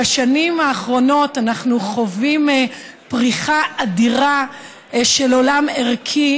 בשנים האחרונות אנחנו חווים פריחה אדירה של עולם ערכי